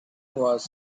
was